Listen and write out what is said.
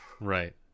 right